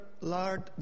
Lord